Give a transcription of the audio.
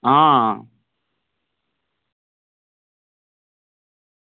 आं